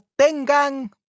tengan